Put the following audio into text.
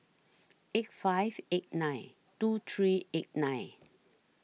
eight five eight nine two three eight nine